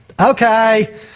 Okay